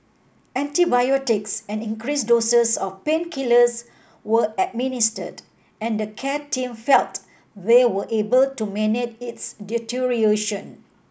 antibiotics and increased doses of painkillers were administered and the care team felt they were able to manage its deterioration